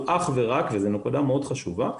וזו נקודה מאוד חשובה,